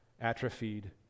atrophied